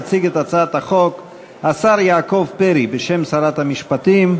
יציג את הצעת החוק השר יעקב פרי בשם שרת המשפטים.